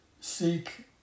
Seek